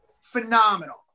Phenomenal